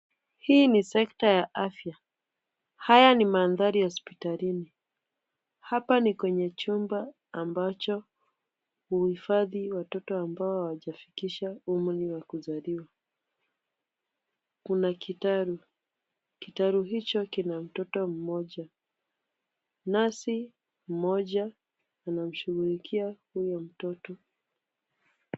Hii ni sekta ya afya. Haya ni mandari hospitalini. Hapa ni kwenye chumba ambacho uhifadhi wa toto ambao wajafikisha umuni wa kuzali. Kuna kitaru. Kitaru hicho kina mtoto mmoja. Nesi mmoja anamshugulikia huyo mtoto.